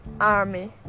army